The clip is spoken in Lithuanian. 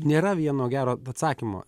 nėra vieno gero atsakymo